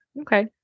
Okay